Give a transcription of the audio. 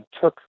took